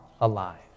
alive